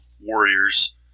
warriors